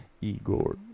Igor